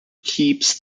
keeps